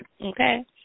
Okay